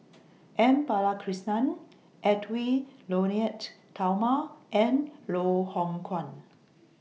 M Balakrishnan Edwy Lyonet Talma and Loh Hoong Kwan